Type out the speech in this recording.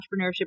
entrepreneurship